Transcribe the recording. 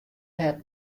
hert